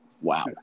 Wow